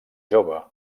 jove